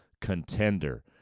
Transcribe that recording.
contender